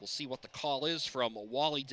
we'll see what the call is from a wally